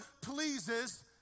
pleases